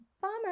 Bummer